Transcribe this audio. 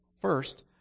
First